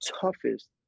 toughest